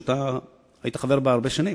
שאתה היית חבר בה הרבה שנים.